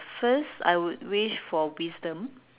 first I would wish for wisdom